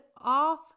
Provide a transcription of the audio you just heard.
off